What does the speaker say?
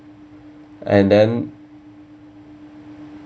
and then